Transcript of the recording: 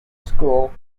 school